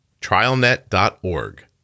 TrialNet.org